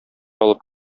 алып